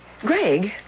Greg